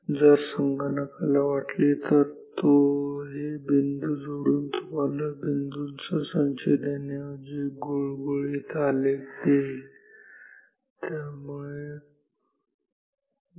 जर संगणकाला वाटले तर तो हे बिंदू जोडून तुम्हाला बिंदू चा संच देण्याऐवजी एक गुळगुळीत आलेख देईल